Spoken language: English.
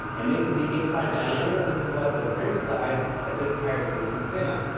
and this is the inside diameter, this is what the rim size that this tire is going to fit on.